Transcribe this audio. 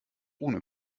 ohne